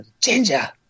Ginger